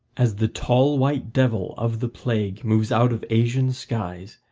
as the tall white devil of the plague moves out of asian skies,